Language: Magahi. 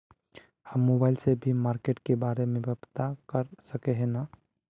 हम मोबाईल से भी मार्केट के बारे में पता कर सके है नय?